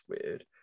weird